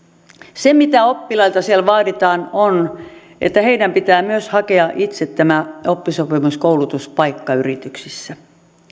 se mitä oppilailta siellä vaaditaan on että heidän pitää myös hakea itse tämä oppisopimuskoulutuspaikka yrityksissä